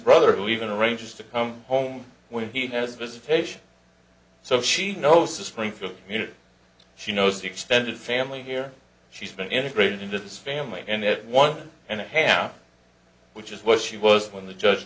brother who even arranges to come home when he has visitation so she knows to springfield you know she knows extended family here she's been integrated into this family and one and a half which is what she was when the judge